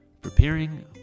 preparing